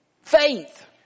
Faith